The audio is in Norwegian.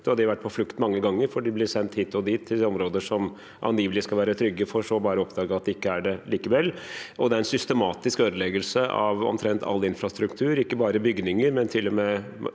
de har vært på flukt mange ganger, for de blir sendt hit og dit til områder som angivelig skal være trygge, for så bare å oppdage at de ikke er det allikevel. Det er en systematisk ødeleggelse av omtrent all infrastruktur – ikke bare bygninger, men til og med